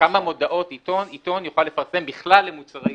כמה מודעות במהדורה יוכל עיתון לפרסם בכלל למוצרי עישון.